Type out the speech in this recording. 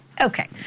okay